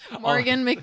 Morgan